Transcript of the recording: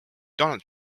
donald